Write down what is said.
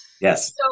Yes